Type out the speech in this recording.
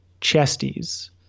chesties